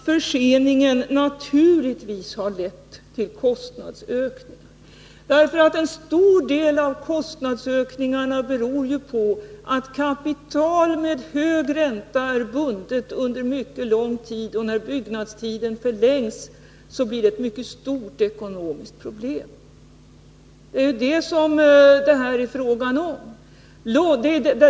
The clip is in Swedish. Förseningen har naturligtvis lett till kostnadsökningar. En stor del av kostnadsökningarna beror på att kapital med hög ränta är bundet under mycket lång tid, och när byggnadstiden förlängs blir det ett mycket stort ekonomiskt problem. Det är detta som det här är fråga om.